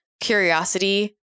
Curiosity